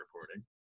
reporting